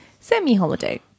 semi-holiday